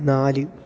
നാല്